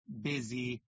busy